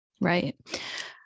right